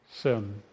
sin